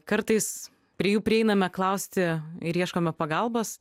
kartais prie jų prieiname klausti ir ieškome pagalbos